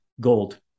Gold